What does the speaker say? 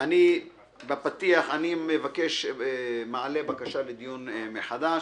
בפתיח אני מעלה בקשה לדיון מחדש